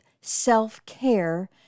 self-care